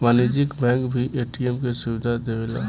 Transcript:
वाणिज्यिक बैंक भी ए.टी.एम के सुविधा देवेला